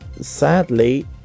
sadly